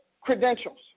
credentials